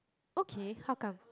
okay how come